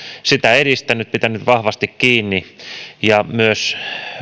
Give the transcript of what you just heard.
sitä edistänyt ja siitä pitänyt vahvasti kiinni ja myös